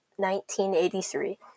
1983